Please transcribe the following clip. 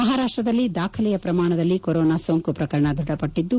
ಮಹಾರಾಷ್ಟದಲ್ಲಿ ದಾಖಲೆಯ ಪ್ರಮಾಣದಲ್ಲಿ ಕೊರೋನಾ ಸೋಂಕು ಪ್ರಕರಣ ದೃಢಪಟ್ಟಿದ್ದು